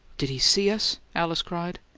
did he see us? alice cried.